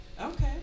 Okay